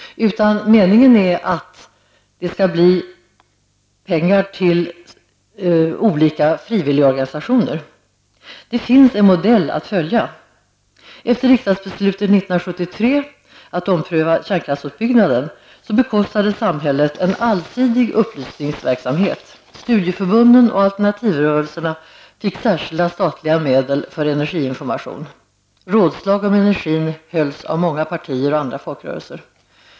Meningen är att man skall få pengar till olika frivilligorganisationer. Det finns en modell att följa. Efter riksdagsbeslutet 1973 att ompröva kärnkraftsutbyggnaden, bekostade samhället en allsidig upplysningsverksamhet. Studieförbunden och alternativrörelserna fick särskilda statliga medel för energiinformation. Rådslag om energin hölls av många partier och andra folkrörelser.